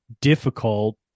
difficult